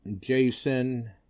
Jason